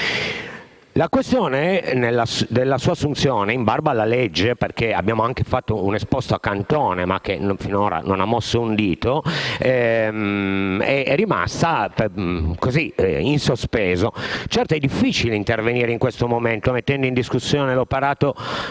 La questione della sua assunzione in barba alla legge (abbiamo anche fatto un esposto a Cantone, che finora non ha mosso un dito) è rimasta in sospeso. Certo è difficile intervenire in questo momento mettendo in discussione l'operato